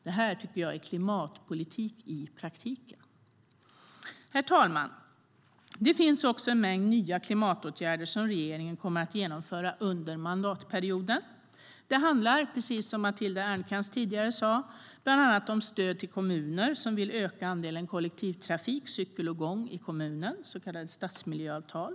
Det tycker jag är klimatpolitik i praktiken. Herr talman! Det finns också en mängd nya klimatåtgärder som regeringen kommer att genomföra under mandatperioden. Det handlar, precis som Matilda Ernkrans tidigare sa, bland annat om stöd till kommuner som vill öka andelen kollektivtrafik, cykel och gång i kommunen, så kallade stadsmiljöavtal.